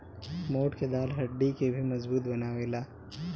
मोठ के दाल हड्डी के भी मजबूत बनावेला